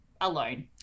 alone